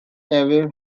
aviv